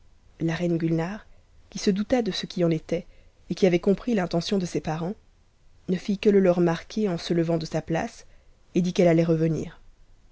la reine gulnare qui se douta de ce qui en était et qui avait compris l'intention de ses parents ne it que le leur marquer en se levant de sa place et dit qu'elle allait revenir